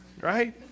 Right